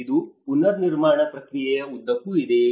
ಇದು ಪುನರ್ನಿರ್ಮಾಣ ಪ್ರಕ್ರಿಯೆಯ ಉದ್ದಕ್ಕೂ ಇದೆಯೇ